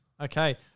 Okay